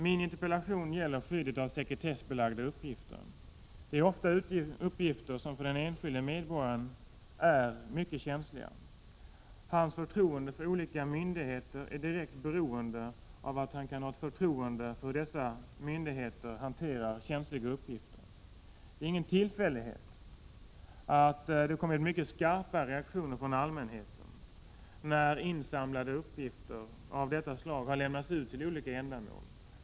Min interpellation gäller skyddet av sekretessbelagda uppgifter. Det gäller ofta uppgifter som för den enskilde medborgaren är mycket känsliga. Den enskildes förtroende för olika myndigheter är direkt beroende av att han kan hysa förtroende för hur dessa myndigheter hanterar känsliga uppgifter. Det är ingen tillfällighet att det kommit mycket skarpa reaktioner från allmänheten när insamlade uppgifter av detta slag har lämnats ut för olika ändamål.